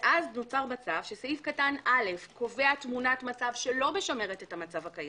ואז נוצר מצב שסעיף קטן (א) קובע תמונת מצב שלא משמרת את המצב הקיים.